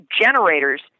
generators